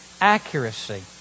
accuracy